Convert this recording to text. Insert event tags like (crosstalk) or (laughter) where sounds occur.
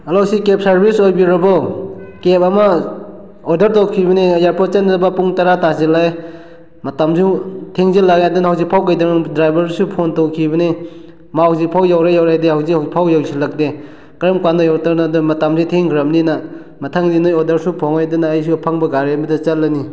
hello ꯁꯤ cab service ꯑꯣꯏꯕꯤꯔꯕꯣ cab ꯑꯃ ꯑꯣꯗꯔ ꯇꯧꯈꯤꯕꯅꯦ ꯏꯌꯥꯔꯄꯣꯠ ꯆꯠꯅꯕ ꯄꯨꯡ ꯇꯔꯥ ꯇꯥꯁꯤꯜꯂꯛꯂꯦ ꯃꯇꯝꯁꯨ ꯊꯦꯡꯖꯤꯜꯂꯛꯂꯦ ꯑꯗꯨꯅ ꯍꯧꯖꯤꯛꯐꯥꯎ (unintelligible) ꯗ꯭ꯔꯥꯏꯕꯔꯁꯨ ꯐꯣꯟ ꯇꯧꯈꯤꯕꯅꯤ ꯃꯥ ꯍꯧꯖꯤꯛꯐꯥꯎ ꯌꯧꯔꯦ ꯌꯧꯔꯦꯗꯤ ꯍꯧꯖꯤꯛ ꯍꯧꯖꯤꯛꯐꯥꯎ ꯌꯧꯁꯤꯜꯂꯛꯇꯦ ꯀꯔꯝ ꯀꯥꯟꯗ ꯌꯧꯔꯛꯇꯣꯏꯅꯣ ꯑꯗꯣ ꯃꯇꯝꯁꯤ ꯊꯦꯡꯈ꯭ꯔꯕꯅꯤꯅ ꯃꯊꯪꯗꯤ ꯅꯣꯏ ꯑꯣꯗꯔꯁꯨ ꯐꯪꯂꯣꯏꯗꯅ ꯑꯩꯁꯨ ꯑꯐꯪꯕ ꯒꯥꯔꯤ ꯑꯃꯗ ꯆꯠꯂꯅꯤ